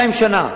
2,000 שנה,